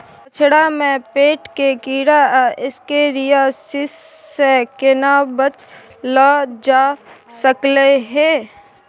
बछरा में पेट के कीरा आ एस्केरियासिस से केना बच ल जा सकलय है?